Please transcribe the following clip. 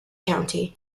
county